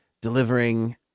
delivering